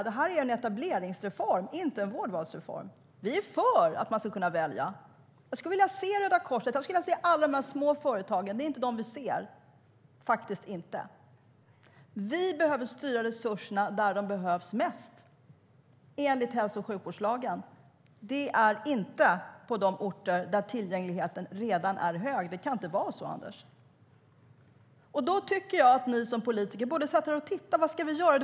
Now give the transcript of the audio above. De här är ju en etableringsreform, inte en vårdvalsreform. Vi är för att man ska kunna välja. Jag skulle vilja se Röda Korset och alla små företag. Det är inte dem vi ser. Jag tycker att ni som politiker borde sätta er och titta på vad ni ska göra.